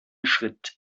schritt